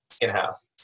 in-house